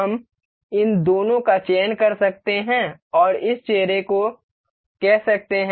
आप इन दोनों का चयन कर सकते हैं और इस चेहरे को कह सकते हैं